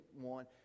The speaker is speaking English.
one